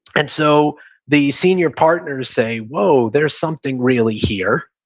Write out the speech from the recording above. and so the senior partners say, whoa, there's something really here,